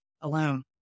alone